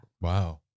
wow